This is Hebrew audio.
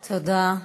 תודה.